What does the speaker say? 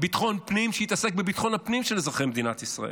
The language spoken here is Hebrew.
ביטחון פנים שיתעסק בביטחון הפנים של אזרחי מדינת ישראל.